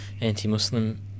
anti-muslim